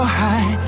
high